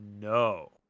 No